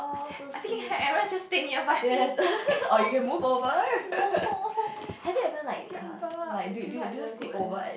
I think I think Aaron just stay nearby me no kimbab kimbab is very good eh